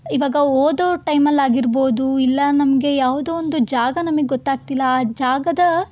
ಇವಾಗ ಓದೋ ಟೈಮಲ್ಲಿ ಆಗಿರ್ಬೋದು ಇಲ್ಲ ನಮಗೆ ಯಾವುದೊ ಒಂದು ಜಾಗ ನಮಿಗೆ ಗೊತ್ತಾಗ್ತಿಲ್ಲ ಆ ಜಾಗದ